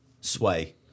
sway